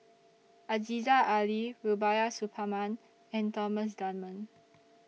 Aziza Ali Rubiah Suparman and Thomas Dunman